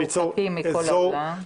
מרוחקים מכל העולם.